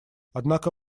однако